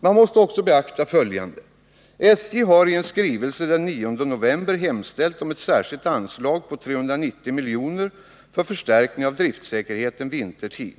Man måste också beakta följande: SJ har i en skrivelse den 9 november hemställt om ett särskilt anslag på 390 milj.kr. för förstärkning av driftsäkerheten vintertid.